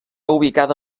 ubicada